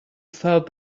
felt